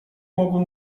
mogłem